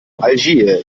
algier